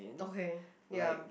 okay ya